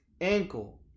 ankle